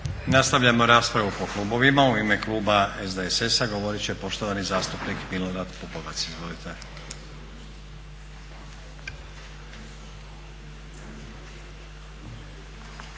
Nastavljamo raspravu po klubovima. U ime kluba SDSS-a govorit će poštovani zastupnik Milorad Pupovac, izvolite.